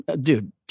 Dude